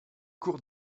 cour